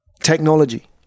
technology